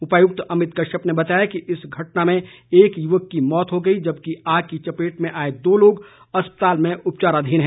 उपायुक्त अमित कश्यप ने बताया कि इस घटना में एक युवक की मौत हो गई जबकि आग की चपेट में आए दो लोग अस्पताल में उपचाराधीन है